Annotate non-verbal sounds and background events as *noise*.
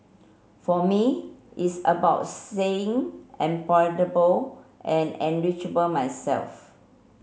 for me it's about staying employable and *unintelligible* myself